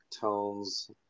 tones